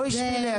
בואי שבי לידי.